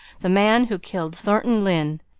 the man who killed thornton lyne,